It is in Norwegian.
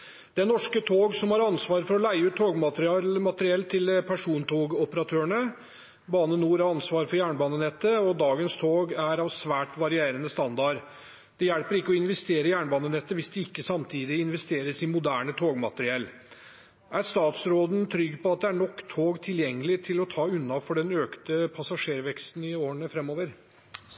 fram, er målet. Det er Norske tog som har ansvar for å leie ut togmateriell til persontogoperatørene. Bane Nor har ansvar for jernbanenettet. Dagens tog er av svært varierende standard. Det hjelper ikke å investere i jernbanenettet hvis det ikke samtidig investeres i moderne togmateriell. Er statsråden trygg på at det er nok tog tilgjengelig til å ta unna for den økte passasjerveksten i årene framover?»